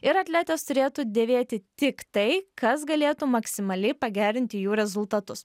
ir atletės turėtų dėvėti tik tai kas galėtų maksimaliai pagerinti jų rezultatus